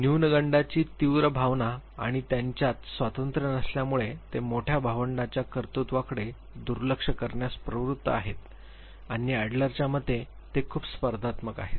न्युनगंडाची तीव्र भावना आणि त्यांच्यात स्वातंत्र्य नसल्यामुळे ते मोठ्या भावंडांच्या कर्तृत्वाकडे दुर्लक्ष करण्यास प्रवृत्त आहेत आणि अॅडलरच्या मते ते खूप स्पर्धात्मक आहेत